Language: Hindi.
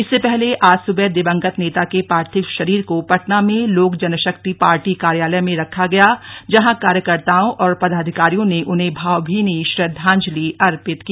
इससे पहले आज सुबह दिवंगत नेता के पार्थिव शरीर को पटना में लोक जनशक्ति पार्टी कार्यालय में रखा गया जहां कार्यकर्ताओं और पदाधिकारियों ने उन्हें भावभीनी श्रद्धांजलि अर्पित की